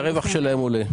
והרווח שלהם עולה.